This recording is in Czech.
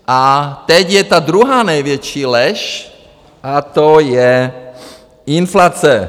A teď je ta druhá největší lež a to je inflace.